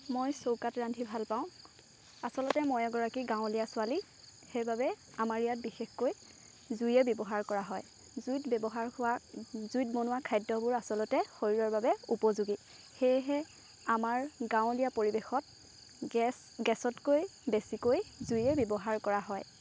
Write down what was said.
মই চৌকাত ৰান্ধি ভাল পাওঁ আচলতে মই এগৰাকী গাঁৱলীয়া ছোৱালী সেইবাবে আমাৰ ইয়াত বিশেষকৈ জুইয়ে ব্যৱহাৰ কৰা হয় জুইত ব্যৱহাৰ হোৱা জুইত বনোৱা খদ্যবোৰ আচলতে শৰীৰৰ বাবে উপযোগী সেয়েহে আমাৰ গাঁৱলীয়া পৰিৱেশত গেছ গেছতকৈ বেছিকৈ জুইয়ে ব্যৱহাৰ কৰা হয়